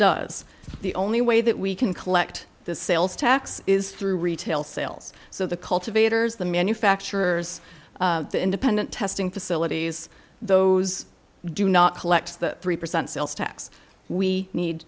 does the only way that we can collect this sales tax is through retail sales so the cultivators the manufacturers the independent testing facilities those do not collect three percent sales tax we need